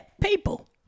people